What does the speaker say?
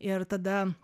ir tada